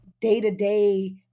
day-to-day